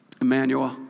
Emmanuel